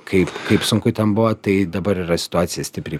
kaip kaip sunku ten buvo tai dabar yra situacija stipriai